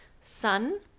sun